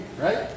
right